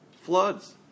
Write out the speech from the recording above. floods